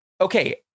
okay